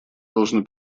должны